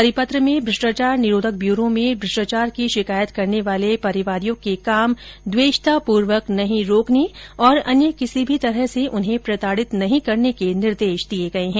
परिपत्र में भ्रष्टाचार निरोधक ब्यूरो में भ्रष्टाचार की शिकायत करने वाले परिवादियों के काम द्वेषतापूर्वक नहीं रोकने और अन्य किसी भी तरह से उन्हें प्रताडित नहीं करने के निर्देश दिए गए है